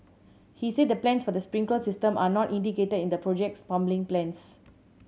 he said the plans for the sprinkler system are not indicated in the project's plumbing plans